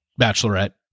bachelorette